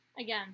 Again